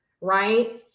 right